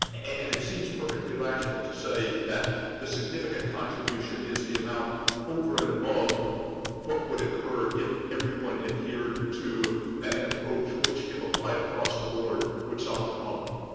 and it seems perfectly rational to say that the significant contribution is the amount over and above what would occur if everyone adhered to an approach which, if applied across the board, would solve the problem.